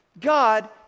God